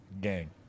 gang